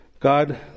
God